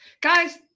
guys